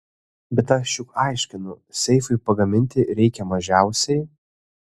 bet aš juk aiškinu seifui pagaminti reikia mažiausiai